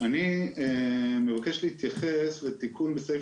מבקש להתייחס לתיקון בסעיף